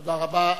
תודה רבה.